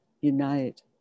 unite